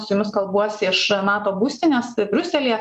su jumis kalbuosi iš nato būstinės briuselyje